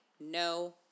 No